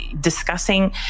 Discussing